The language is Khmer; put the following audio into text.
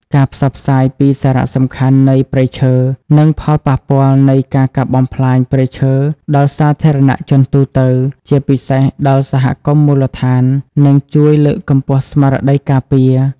ការផ្សព្វផ្សាយពីសារៈសំខាន់នៃព្រៃឈើ និងផលប៉ះពាល់នៃការកាប់បំផ្លាញព្រៃឈើដល់សាធារណជនទូទៅ ជាពិសេសដល់សហគមន៍មូលដ្ឋាន នឹងជួយលើកកម្ពស់ស្មារតីការពារ។